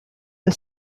the